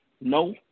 No